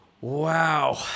Wow